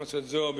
חברת הכנסת זועבי,